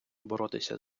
боротися